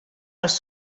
als